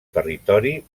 territori